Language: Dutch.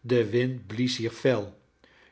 de wind blies hier fel